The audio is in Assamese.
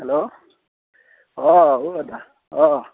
হেল্ল' অঁ অঁ দাদা অঁ